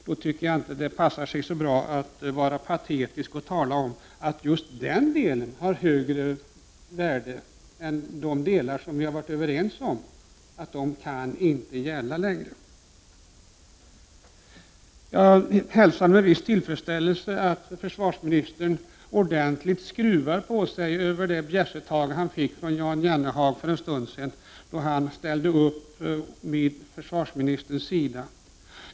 Därför tycker jag inte att det passar sig så bra att vara patetisk och tala om att just den delen har högre värde än de delar som vi varit överens om inte kan gälla längre. Jag hälsar med viss tillfredsställelse att försvarsministern ordentligt skruvar på sig över det bjässetag han fick från Jan Jennehag för en stund sedan, då Jennehag ställde upp vid försvarsministerns sida.